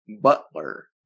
Butler